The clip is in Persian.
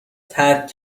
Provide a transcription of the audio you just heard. ترک